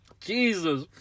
Jesus